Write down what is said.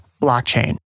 blockchain